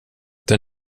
den